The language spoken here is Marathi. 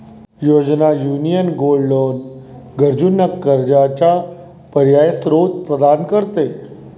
योजना, युनियन गोल्ड लोन गरजूंना कर्जाचा पर्यायी स्त्रोत प्रदान करते